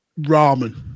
ramen